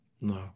No